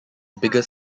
bigger